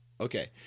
Okay